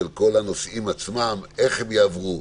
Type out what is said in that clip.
של כל הנושאים עצמם: איך הם יעברו,